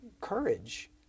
courage